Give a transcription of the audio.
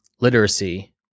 literacy